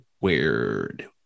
Weird